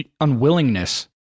unwillingness